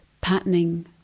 patterning